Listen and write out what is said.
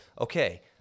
Okay